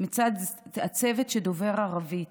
מצד הצוות שדובר ערבית,